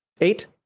Eight